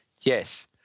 Yes